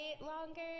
longer